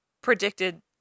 predicted